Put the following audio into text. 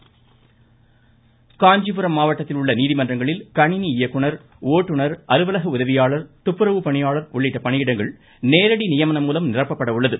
காஞ்சிபுரம் காஞ்சிபுரம் மாவட்டத்தில் உள்ள நீதிமன்றங்களில் கணிணி இயக்குநர் ஓட்டுநர் அலுவலக உதவியாளர் துப்புரவு பணியாளர் உள்ளிட்ட பணியிடங்கள் நேரடி நியமனம் மூலம் நிரப்பப்பட உள்ளது